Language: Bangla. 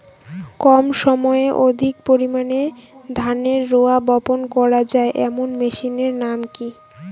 কম সময়ে অধিক পরিমাণে ধানের রোয়া বপন করা য়ায় এমন মেশিনের নাম কি?